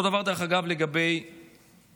אותו דבר, דרך אגב, גם לגבי מהנדסים.